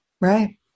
Right